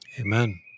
Amen